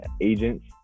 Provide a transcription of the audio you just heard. agents